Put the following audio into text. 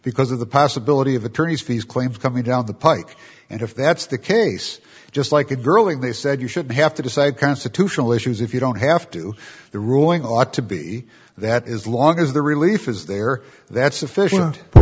because of the possibility of attorneys fees claims coming down the pike and if that's the case just like a girl and they said you should have to decide constitutional issues if you don't have to the ruling ought to be that is long as the relief is there that's sufficient